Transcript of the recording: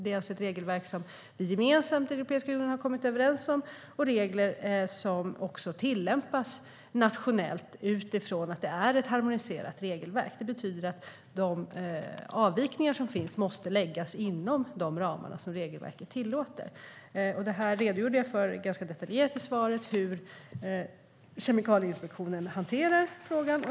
Det är alltså regelverk som vi i Europeiska unionen gemensamt har kommit överens om. Det är också regler som tillämpas nationellt utifrån att det är ett harmoniserat regelverk. Det betyder att de avvikelser som finns måste läggas inom de ramar som regelverket tillåter. Jag redogjorde ganska detaljerat i svaret för hur Kemikalieinspektionen hanterar frågan.